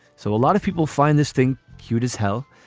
so a lot of people find this thing cute as hell.